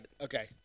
Okay